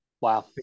wow